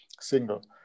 single